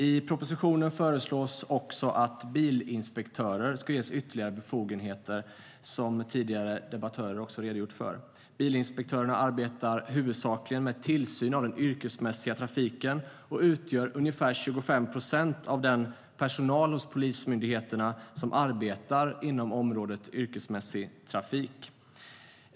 I propositionen föreslås också att bilinspektörer ska ges ytterligare befogenheter, vilket tidigare debattörer redogjort för. Bilinspektörer arbetar huvudsakligen med tillsyn av yrkesmässig trafik och utgör ungefär 25 procent av den personal hos polismyndigheterna som arbetar inom området yrkesmässig trafik.